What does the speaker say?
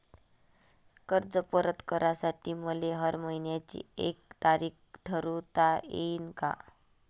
कर्ज परत करासाठी मले हर मइन्याची एक तारीख ठरुता येईन का?